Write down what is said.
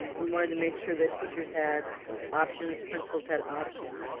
we wanted to make sure that teachers had options, principals had options.